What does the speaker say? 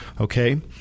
okay